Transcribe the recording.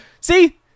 See